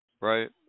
Right